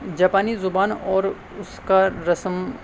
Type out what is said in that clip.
جاپانی زبان اور اس کا رسم